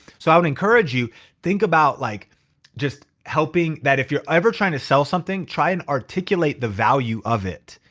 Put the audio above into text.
so i would encourage you think about like just helping. that if you're ever trying to sell something, try and articulate the value of it.